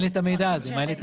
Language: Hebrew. הזה.